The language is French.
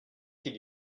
qu’il